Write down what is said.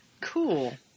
Cool